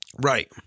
Right